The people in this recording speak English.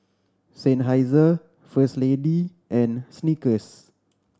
Seinheiser First Lady and Snickers